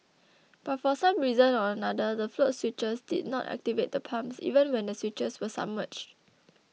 but for some reason or another the float switches did not activate the pumps even when the switches were submerged